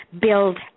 build